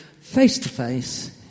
face-to-face